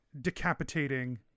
decapitating